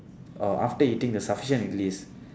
uh after eating the sufficient at least